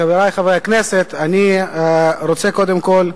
חברי חברי הכנסת, אני רוצה, קודם כול,